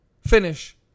finish